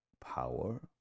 power